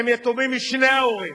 והם יתומים משני ההורים.